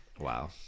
Wow